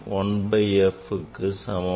இதன் இந்தப் பகுதி 1 by fக்கு சமமாகும்